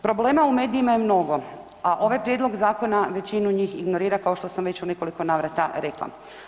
Problema u medijima ima mnogo, a ovaj prijedlog zakona većinu njih ignorira kao što sam već u nekoliko navrata rekla.